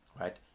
right